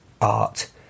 art